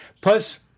Plus